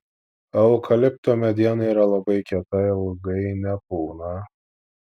o eukalipto mediena yra labai kieta ilgai nepūna